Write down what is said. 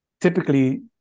typically